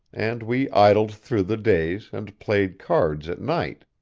and we idled through the days, and played cards at night.